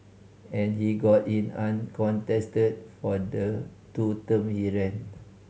and he got in uncontested for the two term he ran